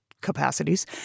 capacities